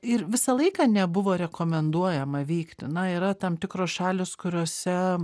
ir visą laiką nebuvo rekomenduojama vykti na yra tam tikros šalys kuriose